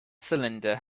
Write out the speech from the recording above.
cylinder